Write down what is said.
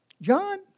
John